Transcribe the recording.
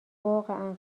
واقعا